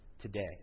today